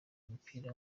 umupira